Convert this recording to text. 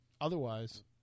otherwise